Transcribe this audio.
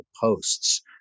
posts